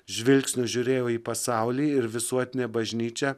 žvilgsniu žiūrėjo į pasaulį ir visuotinę bažnyčią